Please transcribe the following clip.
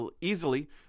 easily